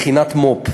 מכינת מו"פ,